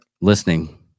listening